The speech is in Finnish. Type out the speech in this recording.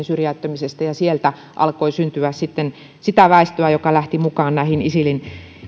syrjäyttämisestä ja sieltä alkoi syntyä sitten väestöä joka lähti mukaan näihin isilin